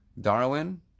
Darwin